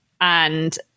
and-